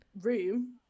room